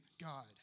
God